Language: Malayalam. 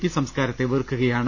പി സംസ്കാരത്തെ വെറുക്കുകയാണ്